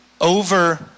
over